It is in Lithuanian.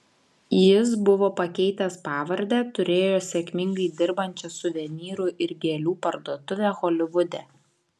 jis buvo pakeitęs pavardę turėjo sėkmingai dirbančią suvenyrų ir gėlių parduotuvę holivude